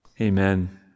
amen